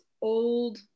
old